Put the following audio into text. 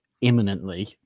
imminently